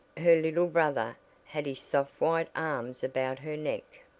her little brother had his soft white arms about her neck.